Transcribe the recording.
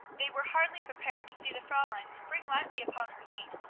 they were hardly prepared to see the fraulein spring lightly upon her feet,